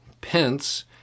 Pence